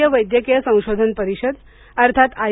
भारतीय वैद्यकीय संशोधन परिषद अर्थात आय